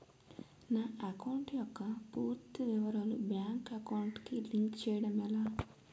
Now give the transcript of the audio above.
నా అకౌంట్ యెక్క పూర్తి వివరాలు బ్యాంక్ అకౌంట్ కి లింక్ చేయడం ఎలా?